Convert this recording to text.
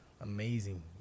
amazing